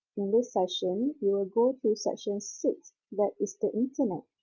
in this session we will go through section six that is the internet.